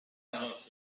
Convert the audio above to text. است